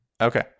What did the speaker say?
okay